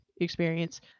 experience